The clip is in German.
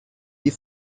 die